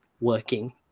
working